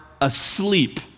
asleep